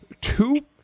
two